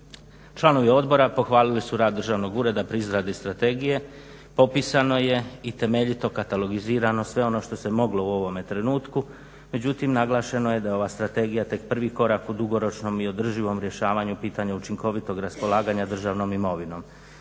Članovi odbora pohvalili su rad državnog ureda pri izradi strategije. Popisano je i temeljito katalogizirano sve ono što se moglo u ovome trenutku, međutim naglašeno je da je ova strategija tek prvi korak u dugoročnom i održivom rješavanju pitanja učinkovitog raspolaganja državnom imovinom.